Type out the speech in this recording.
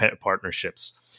partnerships